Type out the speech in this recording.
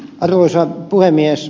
arvoisa puhemies